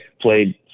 played